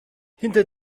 hinter